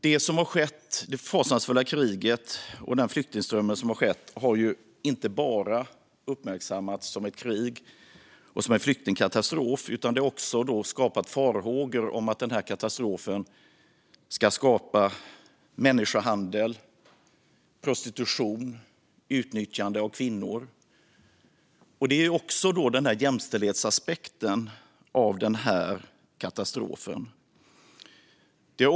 Det som har skett - det fasansfulla kriget och den flyktingström som har uppstått - har inte bara uppmärksammats som ett krig och en flyktingkatastrof, utan det har också skapat farhågor om att den här katastrofen ska innebära människohandel, prostitution och utnyttjande av kvinnor. Det finns också en jämställdhetsaspekt av katastrofen.